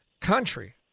country